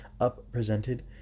up-presented